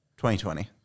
2020